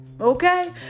Okay